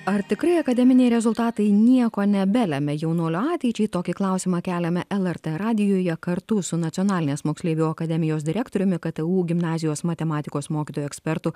ar tikrai akademiniai rezultatai nieko nebelemia jaunuolio ateičiai tokį klausimą keliame lrt radijuje kartu su nacionalinės moksleivių akademijos direktoriumi ktu gimnazijos matematikos mokytoju ekspertu